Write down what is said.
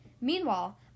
Meanwhile